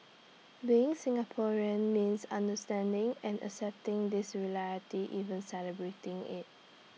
being Singaporean means understanding and accepting this reality even celebrating IT